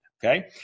Okay